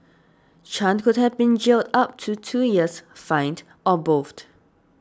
Chan could have been jailed up to two years fined or both